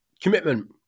commitment